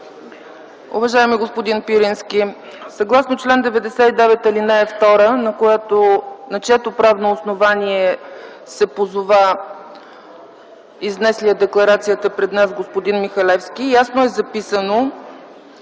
Уважаеми господин Пирински, съгласно чл. 99, ал. 2, на чието правно основание се позова изнеслият декларацията пред нас господин Михалевски, ясно е записано,